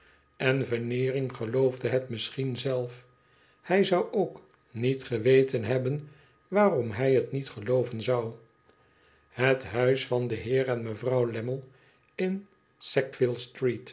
en vemeering geloofde het misschien zelf hij zou ook niet geweten hebben waarom hij het niet gelooven zou het huis van den heer en mevrouw lammie in